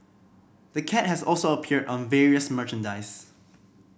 the cat has also appeared on various merchandise